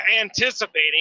anticipating